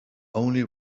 only